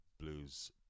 blues